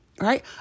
right